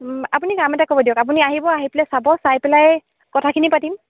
আপুনি কাম এটা কৰিব দিয়ক আপুনি আহিব আহি পেলাই চাব চাই পেলাই কথাখিনি পাতিম